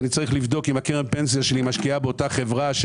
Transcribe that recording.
אני צריך לבדוק אם קרן הפנסיה שלי משקיעה באותה חברה של